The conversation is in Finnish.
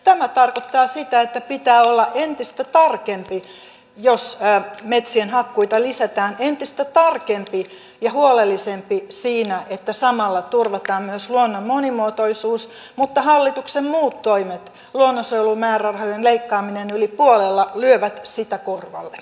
tämä tarkoittaa sitä että pitää olla entistä tarkempi jos metsien hakkuita lisätään entistä tarkempi ja huolellisempi siinä että samalla turvataan myös luonnon monimuotoisuus mutta hallituksen muut toimet luonnonsuojelumäärärahojen leikkaaminen yli puolella lyövät sitä korvalle